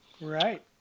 right